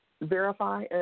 Verify